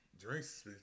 drinks